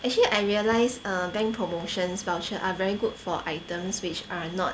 actually I realise err bank promotions voucher are very good for items which are not